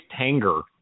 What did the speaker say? Tanger